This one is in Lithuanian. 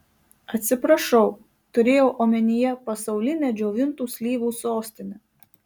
atsiprašau turėjau omenyje pasaulinę džiovintų slyvų sostinę